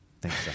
Thanks